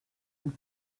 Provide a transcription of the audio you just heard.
and